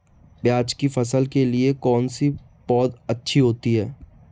प्याज़ की फसल के लिए कौनसी पौद अच्छी होती है?